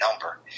number